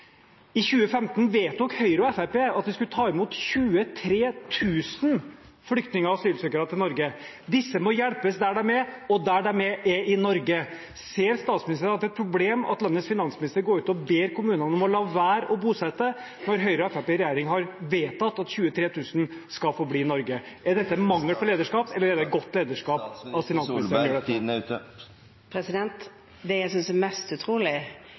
I 2015 vedtok Høyre og Fremskrittspartiet at vi skulle ta imot 23 000 flyktninger og asylsøkere i Norge. Disse må hjelpes der de er – og der de er, er i Norge. Ser statsministeren at det er et problem at landets finansminister går ut og ber kommunene om å la være å bosette, når Høyre og Fremskrittspartiet i regjering har vedtatt at 23 000 skal få bli i Norge? Er dette mangel på lederskap, eller er det godt lederskap når finansministeren gjør det? Det jeg synes er mest utrolig,